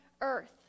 earth